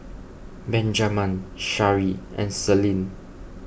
Benjaman Shari and Celine